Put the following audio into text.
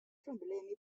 problemi